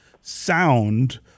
sound